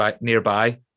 nearby